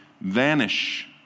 vanish